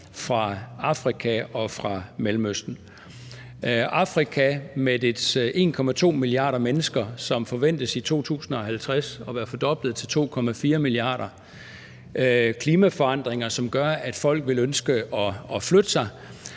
fra Afrika og fra Mellemøsten. At Afrikas 1,2 milliarder mennesker i 2050 forventes at være fordoblet til 2,4 milliarder, er sammen med klimaforandringer, som gør, at folk vil ønske at flytte sig,